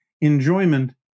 enjoyment